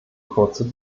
kurze